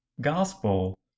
Gospel